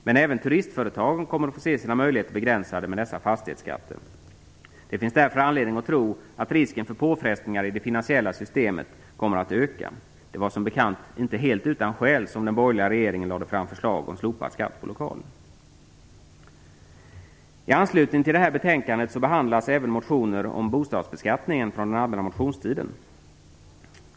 Men även turistföretagen kommer att få se sina möjligheter begränsade med dessa fastighetsskatter. Det finns därför anledning att tro att risken för påfrestningar i det finansiella systemet kommer att öka. Det var som bekant inte helt utan skäl som den borgerliga regeringen lade fram förslag om slopad skatt på lokaler. I anslutning till detta betänkande behandlas även motioner om bostadsbeskattningen från den allmänna motionstiden.